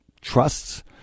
trusts